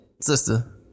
sister